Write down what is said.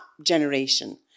generation